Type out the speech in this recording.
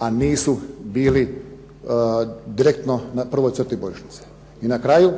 a nisu bili direktno na prvoj crti bojišnice. I na kraju,